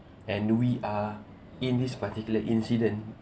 and we are in this particular incident